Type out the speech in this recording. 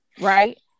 right